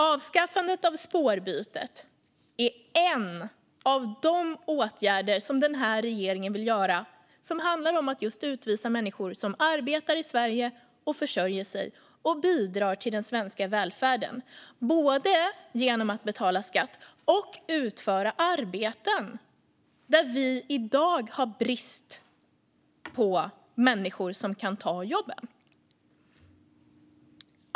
Avskaffandet av spårbytet är en av de åtgärder som regeringen vill göra som handlar om att utvisa människor som arbetar i Sverige, försörjer sig och bidrar till den svenska välfärden genom att både betala skatt och utföra arbeten där vi i dag har brist på människor som kan ta dessa jobb.